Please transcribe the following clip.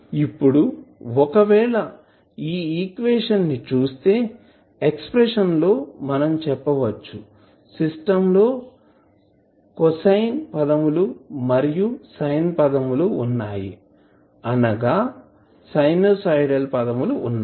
ఇప్పుడు ఒకవేళ ఈ ఈక్వేషన్ ని చుస్తే ఎక్స్ప్రెషన్ లో మనం చెప్పవచ్చు సిస్టం లో కొసైన్ పదములు మరియు సైన్ పదాలు వున్నాయి అనగా సైనుసోయిడల్ పదములు వున్నాయి